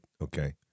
okay